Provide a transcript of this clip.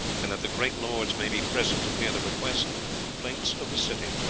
and that the great lords may be present to hear the request and complaints of the city.